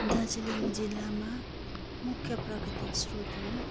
दार्जिलिङ जिल्लामा मुख्य प्राकृतिक स्रोतहरू